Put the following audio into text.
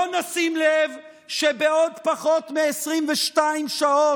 לא נשים לב שבעוד פחות מ-22 שעות,